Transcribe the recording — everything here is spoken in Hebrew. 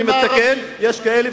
אני מתקן: יש כאלה,